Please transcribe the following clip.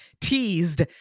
teased